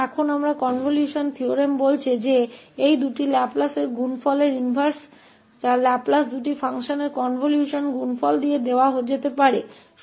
और अब यह कनवल्शन प्रमेय कहता है कि इन दोनों लाप्लास के गुणनफल का लाप्लास व्युत्क्रम दो कार्यों के कनवल्शन उत्पाद द्वारा दिया जा सकता है